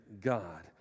God